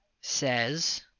says